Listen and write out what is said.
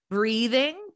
breathing